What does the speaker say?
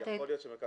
יכול להיות שכן.